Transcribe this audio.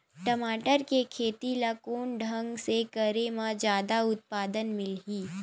टमाटर के खेती ला कोन ढंग से करे म जादा उत्पादन मिलही?